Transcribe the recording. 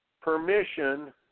permission